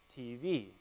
TV